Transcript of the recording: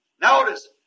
Notice